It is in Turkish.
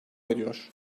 ediyor